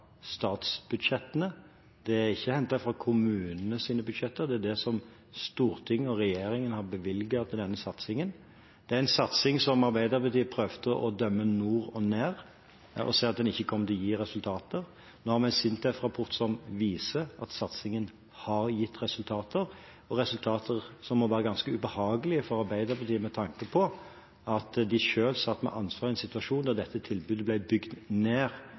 statsbudsjettene. Den er ikke hentet fra kommunenes budsjetter, det er det som Stortinget og regjeringen har bevilget til denne satsingen. Det er en satsing som Arbeiderpartiet prøvde å dømme nord og ned og si at ikke kom til å gi resultater. Nå har vi en SINTEF-rapport som viser at satsingen har gitt resultater – resultater som må være ganske ubehagelige for Arbeiderpartiet med tanke på at de selv satt med ansvaret i en situasjon der dette tilbudet ble bygd ned